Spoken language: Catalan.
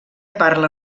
parla